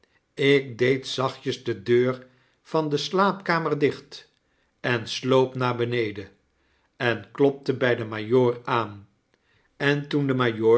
ik deed zachtjes de deur van de slaapkamer dicht en sloop naar beneden en klopte by den majoor aan en toen de